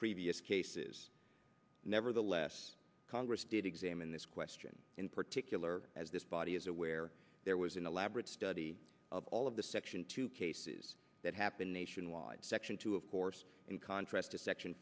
previous cases nevertheless congress did examine this question in particular as this body is aware there was an elaborate study of all of the section two cases that happen nationwide section two of course in contrast to section